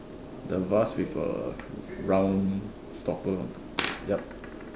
the vase with a round stopper on top yup